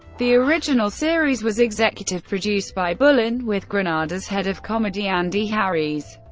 the original series was executive-produced by bullen with granada's head of comedy andy harries,